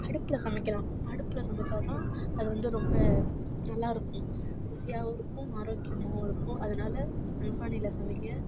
அடுப்பில் சமைக்கலாம் அடுப்பில் சமைச்சால் தான் அது வந்து ரொம்ப நல்லாருக்கும் ருசியாகவும் இருக்கும் ஆரோக்கியமாகவும் இருக்கும் அதனால மண் பானையில் சமைங்கள்